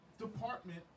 department